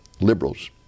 liberals